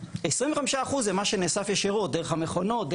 25% זה מה שנאסף ישירות, דרך המכונות.